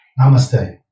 Namaste